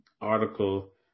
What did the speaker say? article